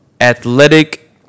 athletic